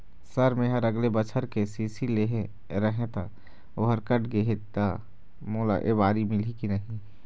Sir मेहर अगले बछर के.सी.सी लेहे रहें ता ओहर कट गे हे ता मोला एबारी मिलही की नहीं?